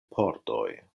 pordoj